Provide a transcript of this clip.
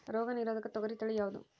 ರೋಗ ನಿರೋಧಕ ತೊಗರಿ ತಳಿ ಯಾವುದು?